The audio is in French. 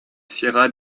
sierra